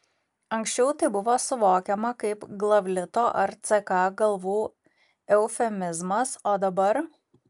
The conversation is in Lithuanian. anksčiau tai buvo suvokiama kaip glavlito ar ck galvų eufemizmas o dabar